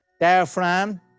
diaphragm